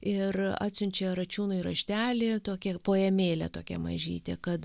ir atsiunčia račiūnui raštelį tokią poemėlę tokią mažytę kad